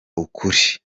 ukuri